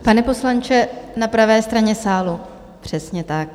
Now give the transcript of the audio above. Pane poslanče, na pravé straně sálu, přesně tak.